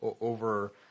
over